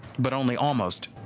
but only almost.